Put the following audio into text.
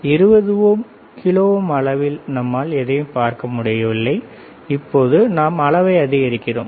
20 kilo ohm அளவில் நம்மால் எதையும் பார்க்க முடியவில்லை இப்போது நாம் அதன் அளவை அதிகரிக்கிறோம்